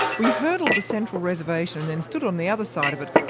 we hurdled the central reservation and then stood on the other side of it,